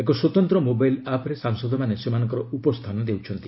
ଏକ ସ୍ୱତନ୍ତ୍ର ମୋବାଇଲ୍ ଆପ୍ରେ ସାଂସଦମାନେ ସେମାନଙ୍କର ଉପସ୍ଥାନ ଦେଉଛନ୍ତି